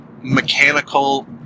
mechanical